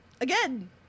Again